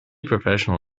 professional